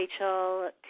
Rachel